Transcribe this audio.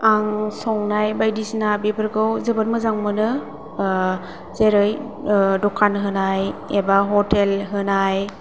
आं संनाय बायदिसिना बेफोरखौ जोबोर मोजां मोनो जेरै दखान होनाय एबा हटेल होनाय